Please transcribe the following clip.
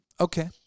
Okay